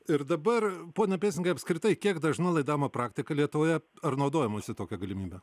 ir dabar pone pėstininkai apskritai kiek dažna laidavimo praktika lietuvoje ar naudojamasi tokia galimybe